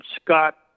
Scott